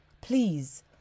Please